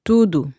Tudo